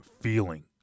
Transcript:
feeling